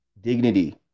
dignity